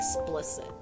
explicit